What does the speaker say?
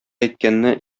әйткәнне